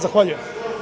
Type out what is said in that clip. Zahvaljujem.